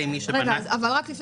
לפי